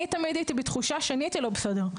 אני תמיד הייתי בתחושה שאני הייתי לא בסדר.